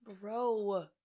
bro